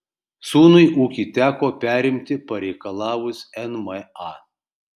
sūnui ūkį teko perimti pareikalavus nma